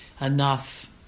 Enough